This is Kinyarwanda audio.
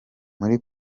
muri